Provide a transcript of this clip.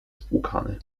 spłukany